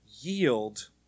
yield